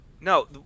No